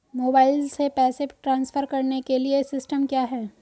Mobile से पैसे transfer करने के लिए सिस्टम क्या है?